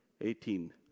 eighteen